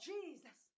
Jesus